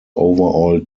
overall